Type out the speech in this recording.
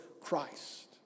Christ